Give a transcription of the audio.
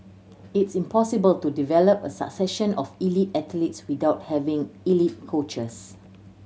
it's impossible to develop a succession of elite athletes without having elite coaches